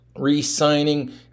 Re-signing